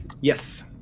Yes